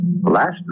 Last